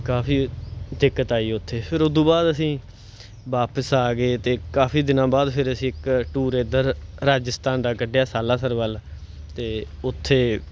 ਕਾਫੀ ਦਿੱਕਤ ਆਈ ਉੱਥੇ ਫਿਰ ਉਹ ਤੋਂ ਬਾਅਦ ਅਸੀਂ ਵਾਪਸ ਆ ਗਏ ਅਤੇ ਕਾਫੀ ਦਿਨਾਂ ਬਾਅਦ ਫਿਰ ਅਸੀਂ ਇੱਕ ਟੂਰ ਇੱਧਰ ਰਾਜਸਥਾਨ ਦਾ ਕੱਢਿਆ ਸਾਲਾਸਰ ਵੱਲ ਅਤੇ ਉੱਥੇ